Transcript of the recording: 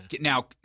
Now